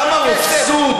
כמה רופסות.